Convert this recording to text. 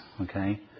okay